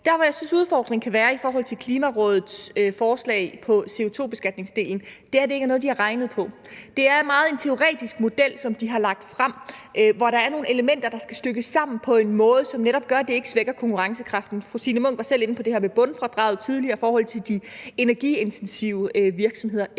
Der, hvor jeg synes udfordringen kan være i forhold til Klimarådets forslag på CO₂-beskatningsdelen, er, at det ikke er noget, de har regnet på. Det er meget en teoretisk model, som de har lagt frem, hvor der er nogle elementer, der skal stykkes sammen på en måde, som netop gør, at det ikke svækker konkurrencekraften. Fru Signe Munk var selv inde på det her med bundfradraget tidligere i forhold til eksempelvis de energiintensive virksomheder.